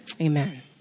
Amen